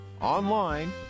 online